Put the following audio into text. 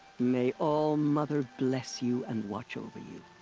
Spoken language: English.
may all-mother bless you and watch over you.